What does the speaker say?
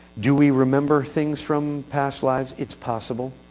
do we remember things from past lives? it's possible,